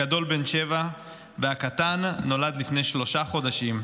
הגדול בן שבע והקטן נולד לפני שלושה חודשים,